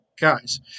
guys